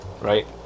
right